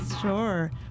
sure